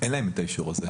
אין להם את האישור הזה.